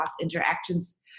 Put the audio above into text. interactions